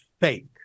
fake